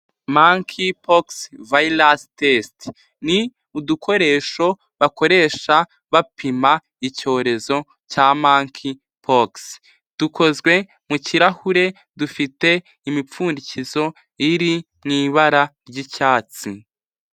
MonkeyPox virus test, ni udukoresho bakoresha bapima icyorezo cya MonkeyPox dukozwe mu kirahure dufite imipfundikizo iri mu ibara ry'icyatsi.